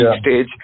stage